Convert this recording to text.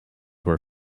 were